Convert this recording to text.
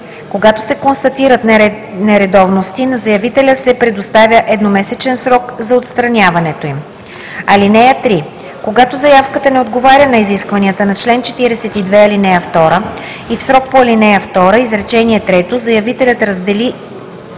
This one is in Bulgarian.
Когато се констатират нередовности, на заявителя се предоставя едномесечен срок за отстраняването им. (3) Когато заявката не отговаря на изискванията на чл. 42, ал. 2 и в срока по ал. 2, изречение трето, заявителят раздели